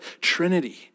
Trinity